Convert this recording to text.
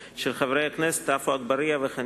שלמה מולה, אורלי לוי אבקסיס ודב חנין.